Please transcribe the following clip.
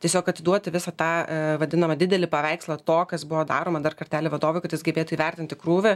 tiesiog atiduoti visą tą vadinamą didelį paveikslą to kas buvo daroma dar kartelį vadovui kad jis gebėtų įvertinti krūvį